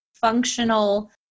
functional